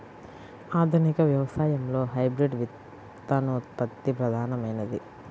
ఆధునిక వ్యవసాయంలో హైబ్రిడ్ విత్తనోత్పత్తి ప్రధానమైనది